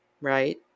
Right